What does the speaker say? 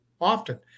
often